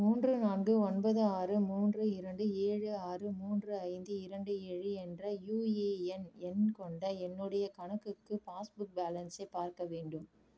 மூன்று நான்கு ஒன்பது ஆறு மூன்று இரண்டு ஏழு ஆறு மூன்று ஐந்து இரண்டு ஏழு என்ற யூஏஎன் எண் கொண்ட என்னுடைய கணக்குக்கு பாஸ்புக் பேலன்ஸை பார்க்க வேண்டும்